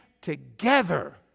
together